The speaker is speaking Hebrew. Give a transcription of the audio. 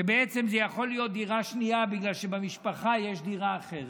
שבעצם היא יכולה להיות דירה שנייה בגלל שבמשפחה יש דירה אחרת.